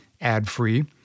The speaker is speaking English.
ad-free